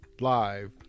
live